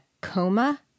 coma